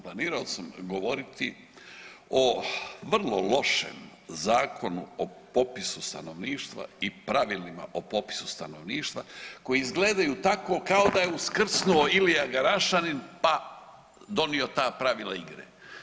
Planirao sam govoriti o vrlo lošem Zakonu o popisu stanovništva i pravilima o popisu stanovništva koji izgledaju tako kao da je uskrsnuo Ilija Garašanin pa donio ta pravila igre.